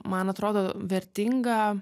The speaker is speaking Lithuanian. man atrodo vertinga